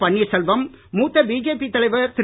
பன்னீர்செல்வம் மூத்த பிஜேபி தலைவர் திரு